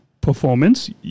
performance